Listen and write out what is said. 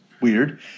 weird